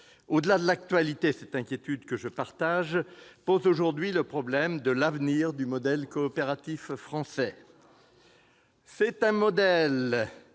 Au-delà de l'actualité, cette inquiétude, que je partage, pose aujourd'hui le problème de l'avenir du modèle coopératif français. Ce modèle